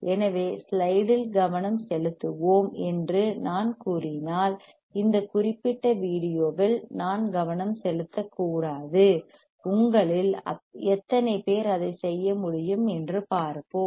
எனவே ஸ்லைடில் கவனம் செலுத்துவோம் என்று நான் கூறினால் இந்த குறிப்பிட்ட வீடியோவில் நாம் கவனம் செலுத்தக்கூடாது உங்களில் எத்தனை பேர் அதை செய்ய முடியும் என்று பார்ப்போம்